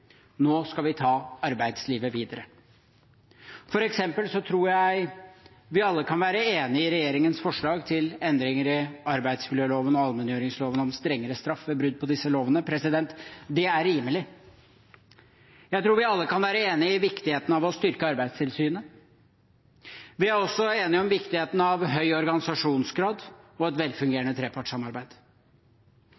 Nå skal vi ta arbeidslivet videre. For eksempel tror jeg vi alle kan være enig i regjeringens forslag til endringer i arbeidsmiljøloven og i allmenngjøringsloven om strengere straff ved brudd på disse lovene. Det er rimelig. Jeg tror vi alle kan være enig i viktigheten av å styrke Arbeidstilsynet. Vi er også enige om viktigheten av høy organisasjonsgrad og et